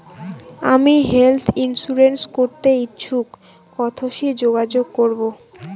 আমি health insurance করতে ইচ্ছুক কথসি যোগাযোগ করবো?